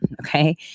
okay